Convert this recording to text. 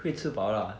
会吃饱 lah